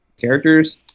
characters